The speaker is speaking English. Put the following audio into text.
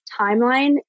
timeline